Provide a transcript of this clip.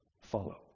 Follow